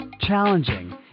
challenging